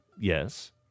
Yes